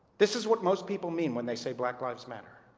this is what most people mean when they say black lives matter.